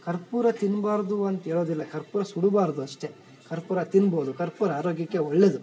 ಕರ್ಪೂರ ತಿನ್ನಬಾರ್ದು ಅಂತ ಹೇಳೋದಿಲ್ಲ ಕರ್ಪೂರ ಸುಡಬಾರ್ದು ಅಷ್ಟೇ ಕರ್ಪೂರ ತಿನ್ನಬಹುದು ಕರ್ಪೂರ ಆರೋಗ್ಯಕ್ಕೆ ಒಳ್ಳೇದು